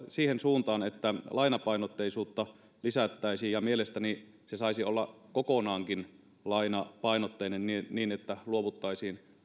siihen suuntaan että lainapainotteisuutta lisättäisiin ja mielestäni se saisi olla kokonaankin lainapainotteinen niin niin että luovuttaisiin